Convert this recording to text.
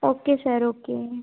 okay sir okay